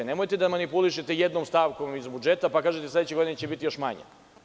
Nemojte da manipulišete jednom stavkom iz budžeta, pa kažete sledeće godine će biti još manje.